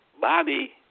Bobby